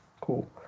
Cool